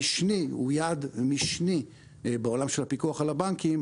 הוא יעד משני בעולם של הפיקוח על הבנקים,